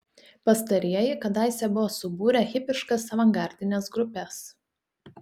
pastarieji kadaise buvo subūrę hipiškas avangardines grupes